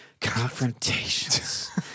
Confrontations